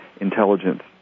intelligence